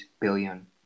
billion